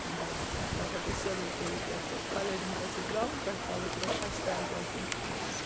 بَنے پَتہٕ ہیٚکو سٔرٕو کٔرِتھ یَتھ پٮ۪ٹھ پَلیٹَن پٮ۪ٹھ چھِ ترٛاوٕنۍ پٮ۪ٹھ ترٛاوہوٗس تھوڑا خَش خاش یا کیٚنٛہہ تہِ بَس